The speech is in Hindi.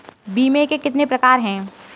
बीमे के कितने प्रकार हैं?